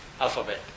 alphabet